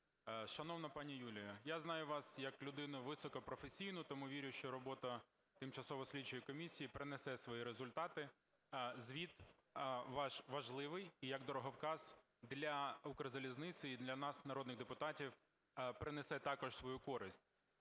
Шановна пані Юліє, я знаю вас як людину високопрофесійну, тому вірю, що робота тимчасової слідчої комісії принесе свої результати, а звіт ваш важливий як дороговказ для Укрзалізниці і для нас народних депутатів принесе також свою користь.